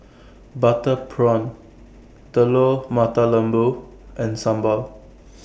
Butter Prawn Telur Mata Lembu and Sambal